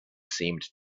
seemed